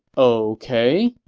ok,